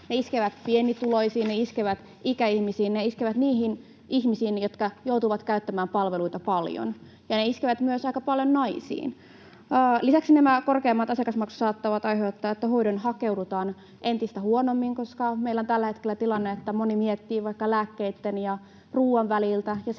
ne iskevät ikäihmisiin, ne iskevät niihin ihmisiin, jotka joutuvat käyttämään palveluita paljon, ja ne iskevät myös aika paljon naisiin. Lisäksi nämä korkeammat asiakasmaksut saattavat aiheuttaa sen, että hoitoon hakeudutaan entistä huonommin, koska meillä on tällä hetkellä tilanne, jossa moni miettii vaikka lääkkeitten ja ruuan väliltä